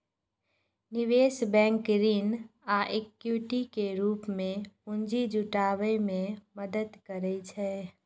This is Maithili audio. निवेश बैंक ऋण आ इक्विटी के रूप मे पूंजी जुटाबै मे मदति करै छै